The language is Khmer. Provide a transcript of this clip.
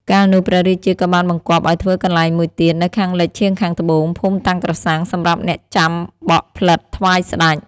កាលនោះ ព្រះរាជាក៏បានបង្គាប់ឲ្យធ្វើកន្លែងមួយទៀត នៅខាងលិចឈាងខាងត្បូង ភូមិតាំងក្រសាំង សម្រាប់អ្នកចាំបក់ផ្លិតថ្វាយស្ដេច